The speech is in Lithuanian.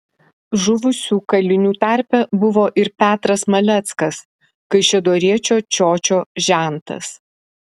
žuvusių kalinių tarpe buvo ir petras maleckas kaišiadoriečio čiočio žentas